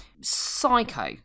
psycho